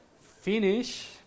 finish